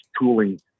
tooling